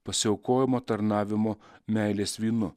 pasiaukojamo tarnavimo meilės vynu